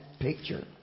picture